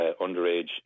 underage